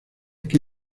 que